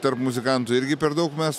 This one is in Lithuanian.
tarp muzikantų irgi per daug mes